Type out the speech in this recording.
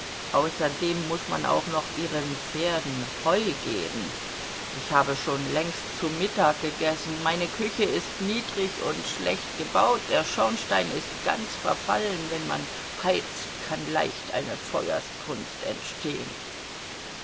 außerdem muß man auch noch ihren pferden heu geben ich habe schon längst zu mittag gegessen meine küche ist niedrig und schlecht gebaut der schornstein ist ganz verfallen wenn man heizt kann leicht eine feuersbrunst entstehen